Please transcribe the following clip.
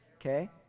okay